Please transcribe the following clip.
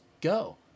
go